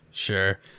sure